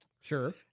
Sure